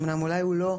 אמנם אולי הוא לא,